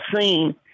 seen